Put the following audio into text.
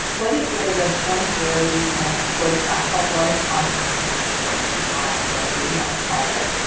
what if where the point where we can of course back of our consciousness or mind whatever you want to call it.